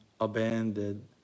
abandoned